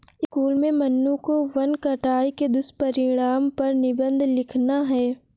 school में मन्नू को वन कटाई के दुष्परिणाम पर निबंध लिखना है